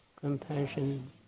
compassion